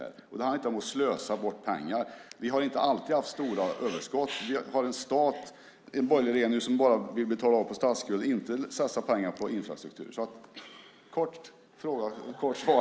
Det handlar inte om att slösa bort pengar. Vi har inte alltid haft stora överskott. Vi har en borgerlig regering som bara vill betala av på statsskulden, inte satsa pengar på infrastruktur. Kort fråga, kort svar.